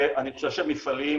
אני חושב שהמפעלים,